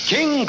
King